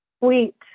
sweet